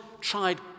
tried